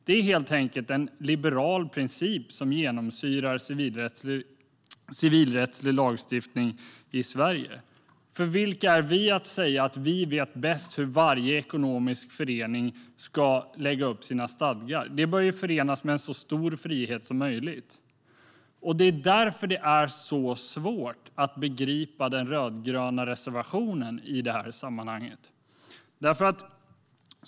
Det är helt enkelt en liberal princip som genomsyrar civilrättslig lagstiftning i Sverige. Vilka är vi att säga att vi vet bäst hur varje ekonomisk förening ska lägga upp sina stadgar? Det bör förenas med en så stor frihet som möjligt. Det är därför det är svårt att begripa den rödgröna reservationen i sammanhanget.